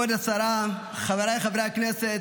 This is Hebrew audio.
כבוד השרה, חבריי חברי הכנסת,